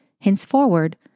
Henceforward